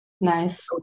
Nice